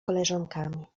koleżankami